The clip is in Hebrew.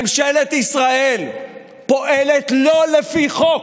ממשלת ישראל פועלת לא לפי חוק,